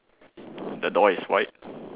the door is white